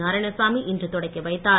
நாராயணசாமி இன்று தொடக்கி வைத்தார்